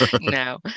No